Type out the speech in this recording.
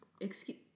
Excuse